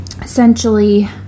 essentially